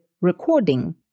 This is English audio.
recording